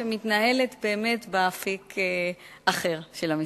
שמתנהלת באמת באפיק אחר של המשרד.